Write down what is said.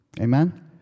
Amen